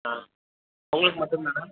ஆ உங்களுக்கு மட்டும் தானா